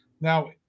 Now